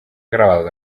grabado